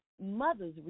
mothers